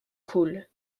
coule